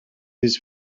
with